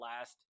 last